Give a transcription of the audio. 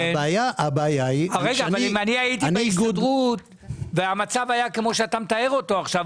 אם הייתי בהסתדרות והמצב היה כמו שאתה מתאר אותו עכשיו,